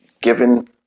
given